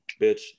bitch